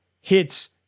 hits